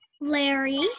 Larry